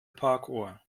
parkuhr